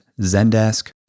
Zendesk